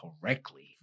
correctly